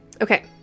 Okay